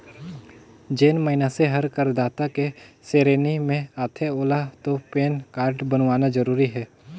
जेन मइनसे हर करदाता के सेरेनी मे आथे ओेला तो पेन कारड बनवाना जरूरी हे